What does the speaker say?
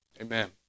amen